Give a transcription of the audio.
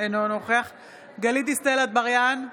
נוכח גלית דיסטל אטבריאן,